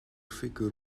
ffigwr